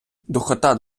духота